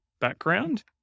background